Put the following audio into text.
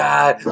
God